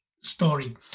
story